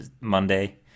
Monday